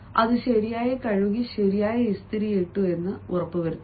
അത് ശരിയായി കഴുകി ശരിയായി ഇസ്തിരിയിടുന്നു